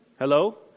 Hello